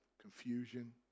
confusion